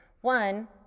one